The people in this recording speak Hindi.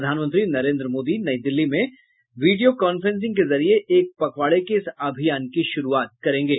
प्रधानमंत्री नरेन्द्र मोदी नई दिल्ली से वीडियो कॉन्फ्रेंस के जरिए एक पखवाड़े के इस अभियान की शुरुआत करेंगे